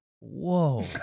Whoa